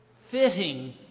fitting